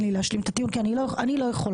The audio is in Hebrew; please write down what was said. לי להשלים את הטיעון כי כך אני לא יכולה.